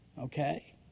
okay